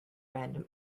random